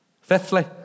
Fifthly